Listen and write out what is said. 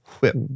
Whip